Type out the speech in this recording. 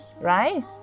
Right